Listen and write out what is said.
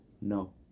No